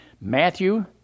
Matthew